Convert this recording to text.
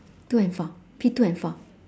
two and four P two and four